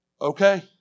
okay